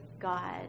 God